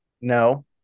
No